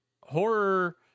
horror